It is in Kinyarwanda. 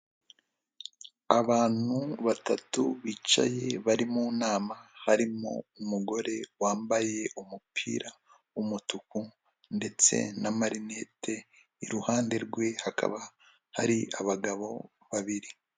Abantu batatu bicaye bari mu nama, harimo umugore wambaye umupira w'umutuku ndetse na marinete, iruhande rwe hakaba hari abagabo babiri.